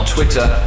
Twitter